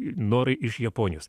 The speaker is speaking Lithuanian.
norai iš japonijos